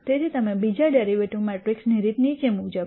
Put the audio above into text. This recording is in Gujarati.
તેથી તમે બીજા ડેરિવેટિવ મેટ્રિક્સની રીત નીચે મુજબ છે